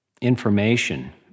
information